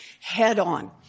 head-on